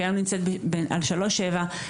שהיום נמצאת על סכום של כ-3.7 מיליון ₪,